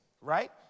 right